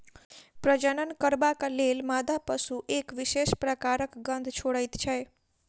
प्रजनन करबाक लेल मादा पशु एक विशेष प्रकारक गंध छोड़ैत छै